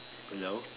I know